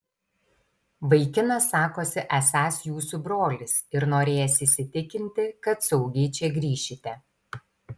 vaikinas sakosi esąs jūsų brolis ir norėjęs įsitikinti kad saugiai čia grįšite